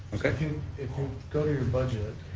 okay. if you if you go to your budget